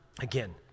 again